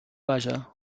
vaya